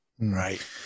Right